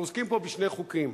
אנחנו עוסקים פה בשני חוקים,